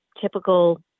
typical